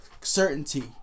Certainty